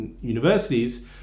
universities